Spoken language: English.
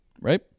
right